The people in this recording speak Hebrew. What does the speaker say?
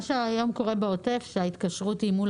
מה שהיום קורה בעוטף שההתקשרות מול